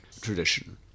tradition